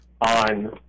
on